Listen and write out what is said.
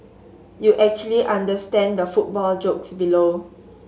you actually understand the football jokes below